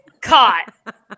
caught